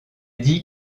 dit